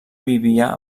vivia